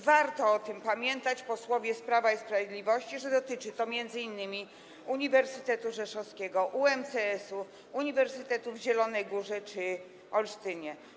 Warto o tym pamiętać, posłowie z Prawa i Sprawiedliwości, że dotyczy to m.in. Uniwersytetu Rzeszowskiego, UMCS-u, uniwersytetów w Zielonej Górze i Olsztynie.